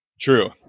true